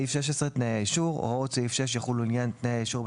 תנאי האישור 16. הוראות סעיף 6 יחולו לעניין תנאי האישור,